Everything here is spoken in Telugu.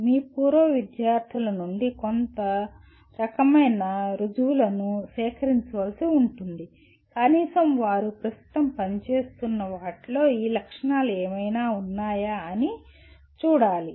మీ పూర్వ విద్యార్థుల నుండి కొంత రకమైన రుజువులను సేకరించవలసి ఉంటుంది కనీసం వారు ప్రస్తుతం పనిచేస్తున్న వాటిలో ఈ లక్షణాలు ఏమైనా ఉన్నాయా అని చూడాలి